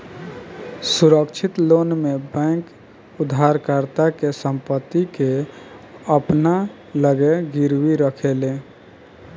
सुरक्षित लोन में बैंक उधारकर्ता के संपत्ति के अपना लगे गिरवी रखेले